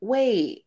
Wait